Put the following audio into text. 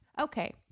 okay